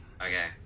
Okay